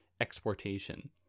exportation